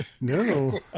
no